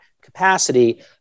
capacity